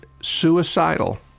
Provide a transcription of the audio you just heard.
suicidal